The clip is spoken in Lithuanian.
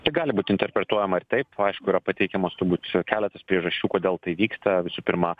čia gali būt interpretuojama ir taip aišku yra pateikiamos turbūt keletas priežasčių kodėl tai vyksta visų pirma